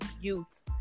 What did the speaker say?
youth